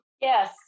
Yes